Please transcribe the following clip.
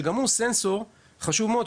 שגם הוא סנסור חשוב מאוד,